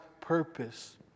purpose